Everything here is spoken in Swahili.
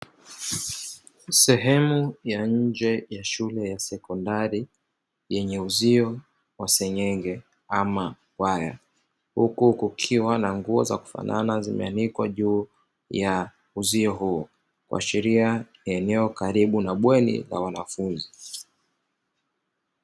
Sehemu ya nje ya shule ya sekondari, yenye uzio wa senyenge ama waya, huku kukiwa na nguo za kufanana zimeanikwa juu ya uzio huo, kuashiria eneo karibu na bweni la wanafunzi.